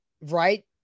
Right